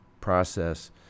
process